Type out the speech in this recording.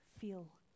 feel